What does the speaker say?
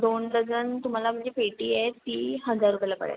दोन डझन तुम्हाला म्हणजे पेटी आहे ती हजार रुपयाला पडेल